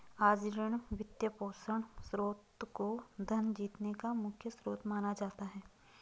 आज ऋण, वित्तपोषण स्रोत को धन जीतने का मुख्य स्रोत माना जाता है